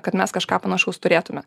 kad mes kažką panašaus turėtume